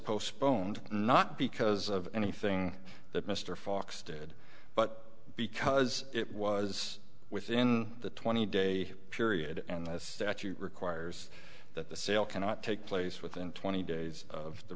postponed not because of anything that mr fox did but because it was within the twenty day period and the statute requires that the sale cannot take place within twenty days of the